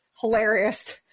hilarious